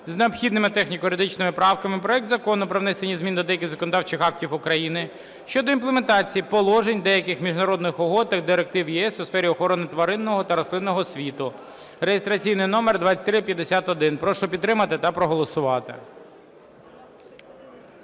з необхідними техніко-юридичними правками проект Закону про внесення змін до деяких законодавчих актів України (щодо імплементації положень деяких міжнародних угод та директив ЄС у сфері охорони тваринного та рослинного світу) (реєстраційний номер 2351). Прошу підтримати та проголосувати.